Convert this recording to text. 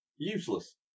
Useless